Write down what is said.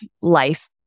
life